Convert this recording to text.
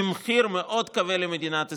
עם מחיר מאוד כבד למדינת ישראל,